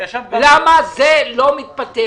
למה זה לא מתפתח?